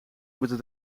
moeten